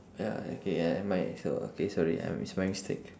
ya okay uh never mind so okay sorry uh it's my mistake